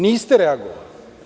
Niste reagovali.